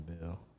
Bill